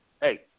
hey